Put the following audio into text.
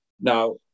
Now